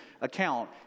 account